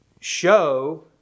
show